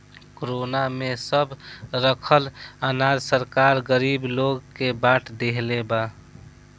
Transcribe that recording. corona में सब रखल अनाज सरकार गरीब लोग के बाट देहले बा